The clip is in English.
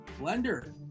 Blender